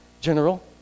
General